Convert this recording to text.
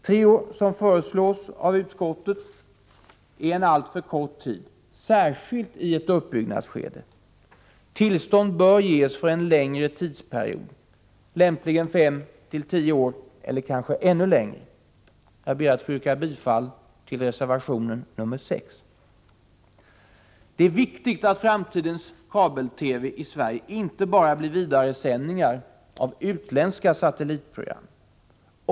Tre år — som föreslås av utskottet — är en alltför kort tid, särskilt i ett uppbyggnadsskede. Tillstånd bör ges för en längre tid, lämpligen 5-10 år eller kanske ännu längre tid. Jag ber att få yrka bifall till reservation nr 6. Det är viktigt att framtidens kabel-TV i Sverige inte bara blir vidaresändningar av utländska satellitprogram.